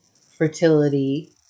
fertility